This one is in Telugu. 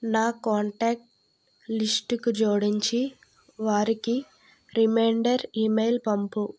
నా కాంటాక్ట్ లిస్టుకు జోడించి వారికి రిమైండర్ ఇమెయిల్ పంపు